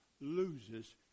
loses